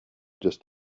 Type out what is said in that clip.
just